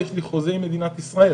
יש לי חוזה עם מדינת ישראל,